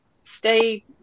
stay